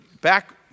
back